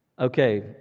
Okay